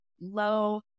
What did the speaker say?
low